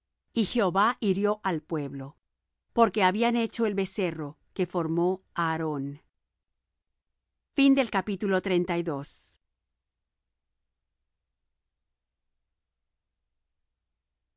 y jehová hirió al pueblo porque habían hecho el becerro que formó aarón y